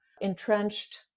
entrenched